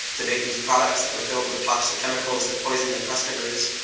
to make these products that were filled with toxic chemicals that poison their customers.